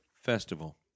Festival